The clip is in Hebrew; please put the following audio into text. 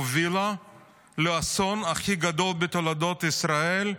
הוביל לאסון הכי גדול בתולדות ישראל,